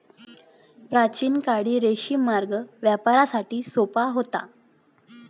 प्राचीन काळी रेशीम मार्ग व्यापारासाठी सोपा होता